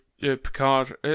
Picard